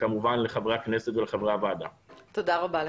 וכמובן לחברי הכנסת ולחברי הוועדה תודה רבה לך,